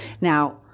Now